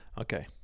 Okay